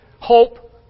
hope